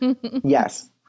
yes